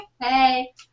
Hey